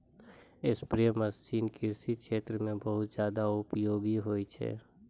spray machine कृषि क्षेत्र म बहुत जादा उपयोगी होय छै